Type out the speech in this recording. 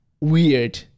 weird